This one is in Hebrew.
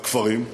בכפרים,